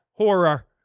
Horror